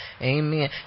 Amen